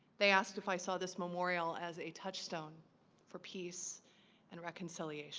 they asked if i saw this memorial as a touchstone for peace and reconciliation